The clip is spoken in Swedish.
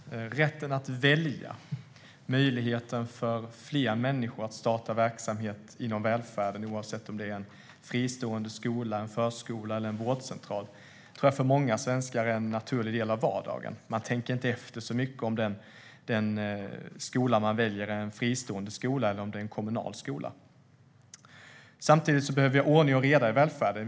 Herr talman! Statsrådet! Rätten att välja och möjligheten för fler människor att starta verksamhet inom välfärden, oavsett om det är en fristående skola, en förskola eller en vårdcentral, tror jag för många svenskar är en naturlig del av vardagen. Man tänker inte efter så mycket om den skola man väljer är en fristående skola eller en kommunal skola. Samtidigt behöver vi ha ordning och reda i välfärden.